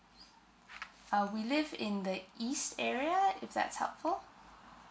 uh we live in the east area if that's helpful